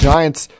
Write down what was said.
Giants